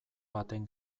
baten